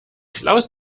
klaus